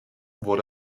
wurde